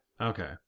Okay